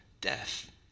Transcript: death